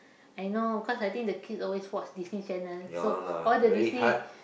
I know cause I think the kid always watch Disney channel so all the Disney